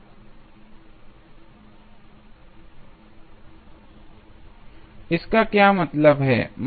इसका क्या मतलब है